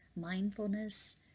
mindfulness